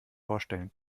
vorstellen